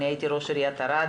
הייתי ראש עירית ערד